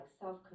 self